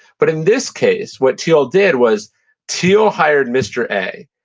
but in this case, what thiel did was thiel hired mr. a,